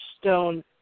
stone